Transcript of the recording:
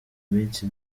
minsi